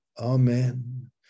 Amen